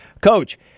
Coach